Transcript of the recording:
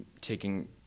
taking